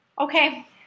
Okay